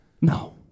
No